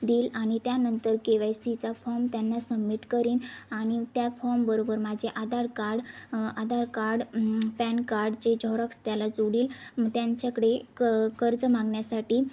देईल आणि त्यानंतर के वाय सीचा फॉम त्यांना सम्मिट करेन आणि त्या फॉमबरोबर माझे Aadhaar card Aadhaar card PAN कार्डचे झेरॉक्स त्याला जोडेल मग त्यांच्याकडे क कर्ज मागण्यासाठी